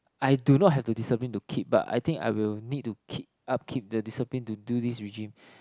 I do not have to discipline to keep but I think I will need to keep up keep the discipline to do this regime